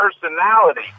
personality